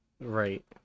right